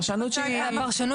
שלא